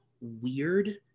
weird